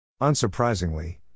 Unsurprisingly